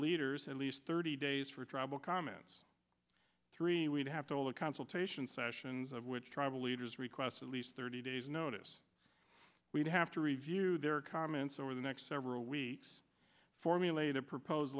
leaders at least thirty days for travel comments three we'd have to hold a consultation sessions of which tribal leaders request at least thirty days notice we'd have to review their comments over the next several weeks formulate a propos